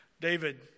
David